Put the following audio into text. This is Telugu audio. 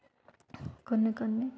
కొన్ని కొన్ని